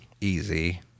easy